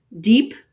deep